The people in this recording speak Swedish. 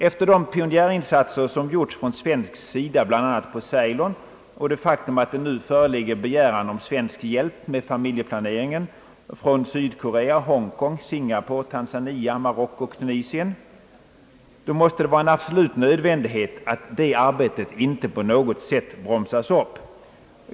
Efter de pionjärinsatser som gjorts från svensk sida, bl.a. på Ceylon, och det faktum att det nu föreligger begäran om svensk hjälp med rocko och Tunisien, måste det vara en absolut nödvändighet att det arbetet inte på något sätt bromsas upp.